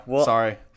sorry